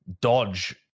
dodge